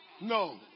No